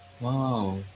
Wow